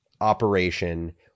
operation